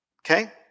Okay